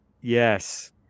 Yes